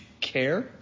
care